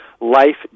Life